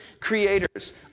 creators